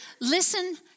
Listen